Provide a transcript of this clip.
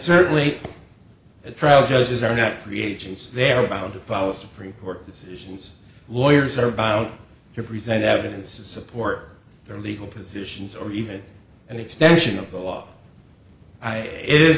certainly at trial judges are not free agents they're bound to follow supreme court decisions lawyers are bound to present evidence to support their legal positions or even an extension of the law i i